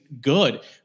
good